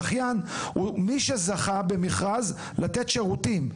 זכיין הוא מי שזכה במכרז לתת שירותים.